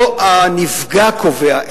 לא הנפגע קובע,